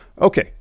Okay